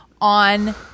on